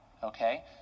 Okay